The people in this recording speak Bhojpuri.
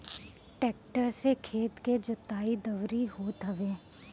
टेक्टर से खेत के जोताई, दवरी होत हवे